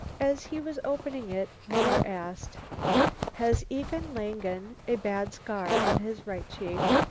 as he was opening it, muller asked has egon langen a bad scar on his right cheek?